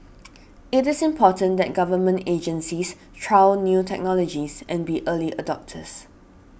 it is important that Government agencies trial new technologies and be early adopters